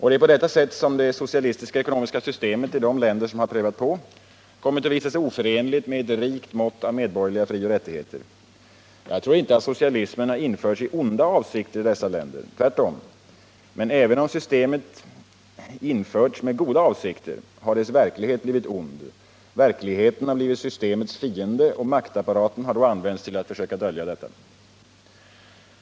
Det är på detta sätt det socialistiska ekonomiska systemet i de länder som prövat på det kommit att visa sig oförenligt med ett rikt mått av medborgerliga frioch rättigheter. Jag tror inte att socialismen införts i onda avsikter i dessa länder. Tvärtom. Men även om systemet införts med goda avsikter, har dess verklighet blivit ond. Verkligheten har blivit systemets fiende, och maktapparaten har då använts till att försöka dölja detta.